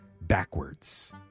backwards